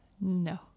No